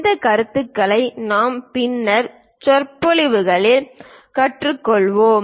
இந்த கருத்துக்களை நாம் பின்னர் சொற்பொழிவுகளில் கற்றுக்கொள்வோம்